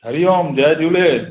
हरि ओम जय झूले